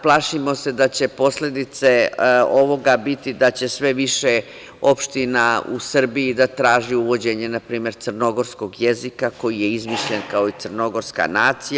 Plašimo se da će posledice ovoga biti da će sve više opština u Srbiji da traži uvođenje npr. crnogorskog jezika, koji je izmišljen kao i crnogorska nacija.